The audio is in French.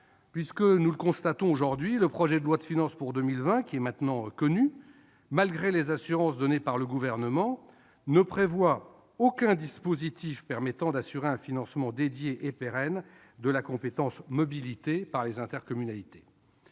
puisque- nous le constatons aujourd'hui -le projet de loi de finances pour 2020, qui est maintenant connu, malgré les assurances données par le Gouvernement, ne prévoit aucun dispositif permettant d'assurer un financement dédié et pérenne de l'exercice de la compétence mobilité par les intercommunalités.